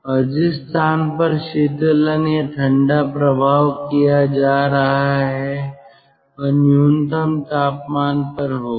और जिस स्थान पर शीतलन या ठंडा प्रभाव किया जा रहा है वह न्यूनतम तापमान पर होगा